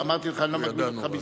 אמרתי לך שאני לא מגביל אותך,